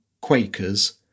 Quakers